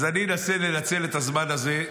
אז אני מנסה לנצל את הזמן הזה.